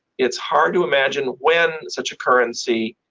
it's hard to imagine when such a currency